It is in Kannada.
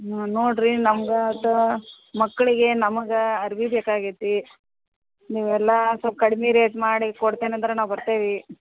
ನೋಡಿರಿ ನಮ್ಗೆ ತಾ ಮಕ್ಕಳಿಗೆ ನಮ್ಗೆ ಅರ್ವೆ ಬೇಕಾಗೈತಿ ನೀವೆಲ್ಲ ಒಂದು ಸ್ವಲ್ಪ ಕಡ್ಮೆ ರೇಟ್ ಮಾಡಿ ಕೊಡ್ತೇನೆ ಅಂದರೆ ನಾವು ಬರ್ತೇವೆ